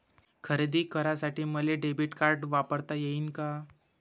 खरेदी करासाठी मले डेबिट कार्ड वापरता येईन का?